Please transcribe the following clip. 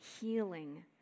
healing